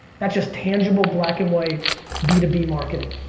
that's just tangible black and white b two b marketing.